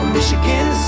Michigan